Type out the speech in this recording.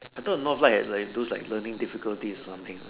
I thought NorthLight have like those like learning difficulties or something uh